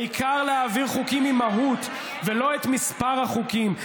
העיקר להעביר חוקים עם מהות ולא מספר החוקים.